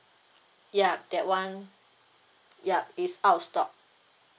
ya that [one] yup it's out of stock